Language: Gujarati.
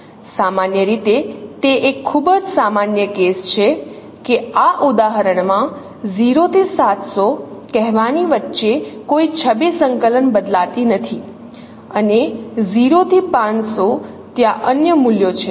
સામાન્ય રીતે તે એક ખૂબ જ સામાન્ય કેસ છે કે આ ઉદાહરણ માં 0 થી 700 કહેવાની વચ્ચે કોઈ છબી સંકલન બદલાતી નથી અને 0 થી 500 ત્યાં અન્ય મૂલ્યો છે